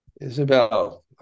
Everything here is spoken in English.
Isabel